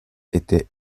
était